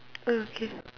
okay